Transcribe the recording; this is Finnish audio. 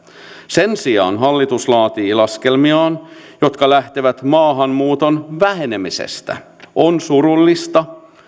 sen sijaan hallitus laatii laskelmiaan jotka lähtevät maahanmuuton vähenemisestä on surullista